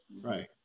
Right